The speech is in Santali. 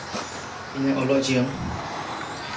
ᱤᱧᱟᱹᱜ ᱚᱞᱚᱜ ᱡᱤᱭᱚᱱ